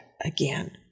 again